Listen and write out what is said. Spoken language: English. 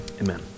Amen